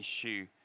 issue